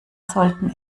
sollten